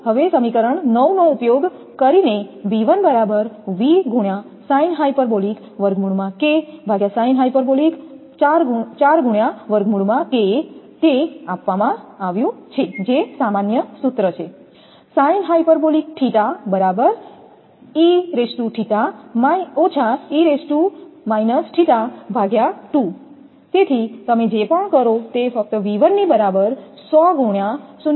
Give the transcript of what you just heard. હવે આ સમીકરણ નવ નો ઉપયોગ કરીને તે આપવામાં આવ્યું છે જે સામાન્ય સૂત્ર છે તેથી તમે જે પણ કરો તે ફક્ત V1 ની બરાબર 100 ગુણ્યા 0